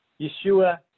Yeshua